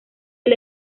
del